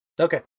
Okay